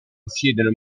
possiedono